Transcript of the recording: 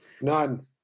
None